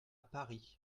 paris